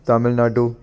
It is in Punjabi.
ਤਾਮਿਲਨਾਡੂ